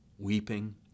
weeping